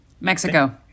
Mexico